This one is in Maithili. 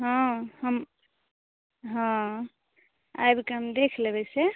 हँ हम हँ आबिके हम देखि लेबै से